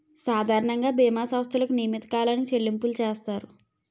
సాధారణంగా బీమా సంస్థలకు నియమిత కాలానికి చెల్లింపులు చేస్తారు